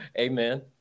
Amen